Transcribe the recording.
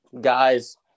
guys